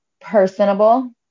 personable